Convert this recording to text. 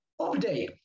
update